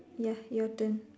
ya your turn